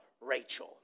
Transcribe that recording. Rachel